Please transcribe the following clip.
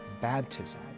baptism